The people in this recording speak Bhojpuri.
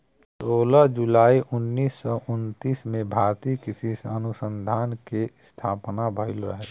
सोलह जुलाई उन्नीस सौ उनतीस में भारतीय कृषि अनुसंधान के स्थापना भईल रहे